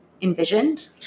envisioned